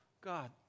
God